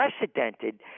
unprecedented